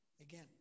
Again